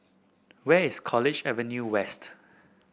where is College Avenue West